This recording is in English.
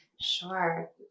Sure